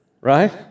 Right